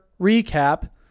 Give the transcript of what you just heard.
recap